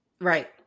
Right